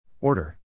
Order